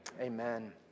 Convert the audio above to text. amen